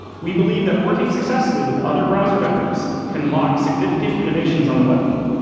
we believe that working successfully with other browser vendors can unlock significant innovations on the web.